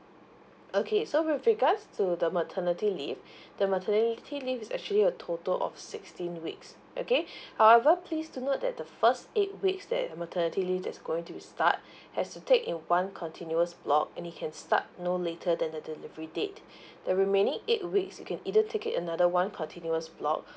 okay so with regards to the maternity leave the maternity leave is actually a total of sixteen weeks okay however please do note that the first eight weeks that maternity leave that's going to start has to take in one continuous block and it can start no later than the delivery date the remaining eight weeks you can either take it another one continuous block